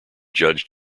judge